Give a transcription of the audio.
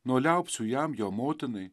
nuo liaupsių jam jo motinai